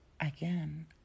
Again